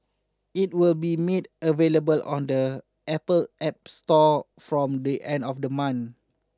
it will be made available on the Apple App Store from the end of the month